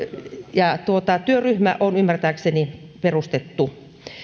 työryhmä on ymmärtääkseni perustettu